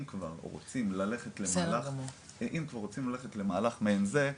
אם כבר רוצים ללכת למהלך מעין זה,